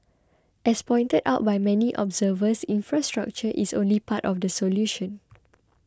as pointed out by many observers infrastructure is only part of the solution